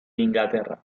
inglaterra